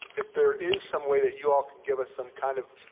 if there is some way that you all can give us some kind of.